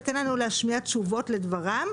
ותן לנו להשמיע תשובות לדברם,